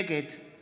נגד